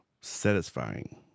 satisfying